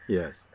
yes